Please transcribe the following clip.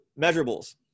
measurables